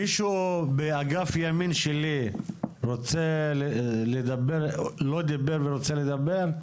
מישהו מאגף ימין שלי לא דיבר ורוצה לדבר?